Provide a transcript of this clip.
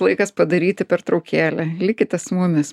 laikas padaryti pertraukėlę likite su mumis